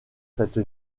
cette